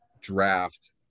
draft –